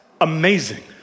amazing